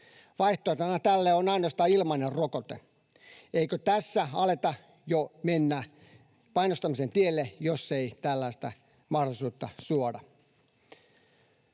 Vaihtoehtona tälle on ainoastaan ilmainen rokote. Eikö tässä aleta jo mennä painostamisen tielle, jos ei tällaista mahdollisuutta suoda?